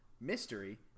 mystery